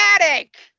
attic